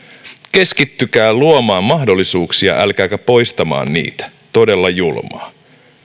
keskittykää luomaan mahdollisuuksia älkääkä poistamaan niitä todella julmaa